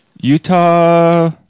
Utah